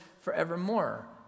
forevermore